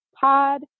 Pod